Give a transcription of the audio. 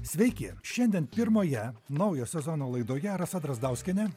sveiki šiandien pirmoje naujo sezono laidoje rasa drazdauskienė